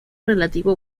relativo